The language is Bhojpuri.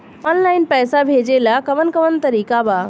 आनलाइन पइसा भेजेला कवन कवन तरीका बा?